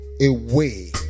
away